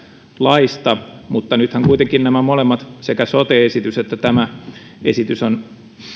laista mutta nythän kuitenkin nämä molemmat sekä sote esitys että tämä